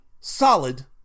solid